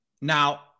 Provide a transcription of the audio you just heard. Now